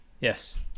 Yes